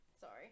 sorry